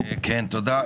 תודה.